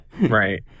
right